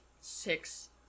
six